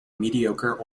mediocre